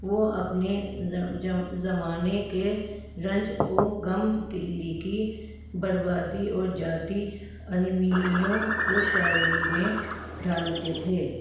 وہ اپنے زمانے کے رنج او غم دلّی کی بربادی اور ذاتی المیوں کو شاعری میں ڈھالتے تھے